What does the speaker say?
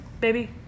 baby